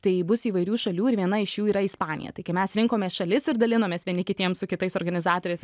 tai bus įvairių šalių ir viena iš jų yra ispanija tai kai mes rinkomės šalis ir dalinomės vieni kitiems su kitais organizatoriais